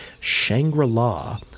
Shangri-La